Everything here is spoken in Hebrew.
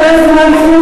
אם אתה רוצה לדבר,